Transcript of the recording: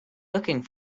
looking